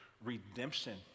Redemption